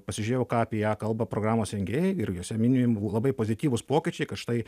pasižiūrėjau ką apie ją kalba programos rengėjai ir jose mini labai pozityvūs pokyčiai kad štai